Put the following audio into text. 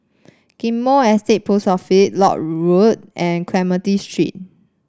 Ghim Moh Estate Post Office Lock Road and Clementi Street